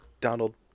Donald